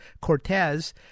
Cortez